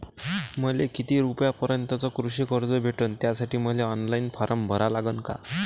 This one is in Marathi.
मले किती रूपयापर्यंतचं कृषी कर्ज भेटन, त्यासाठी मले ऑनलाईन फारम भरा लागन का?